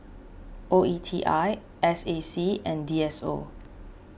O E T I S A C and D S O